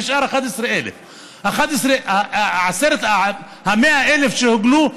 נשארו 11,000. ה-100,000 שהוגלו,